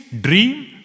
dream